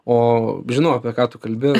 o žinau apie ką tu kalbi